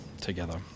together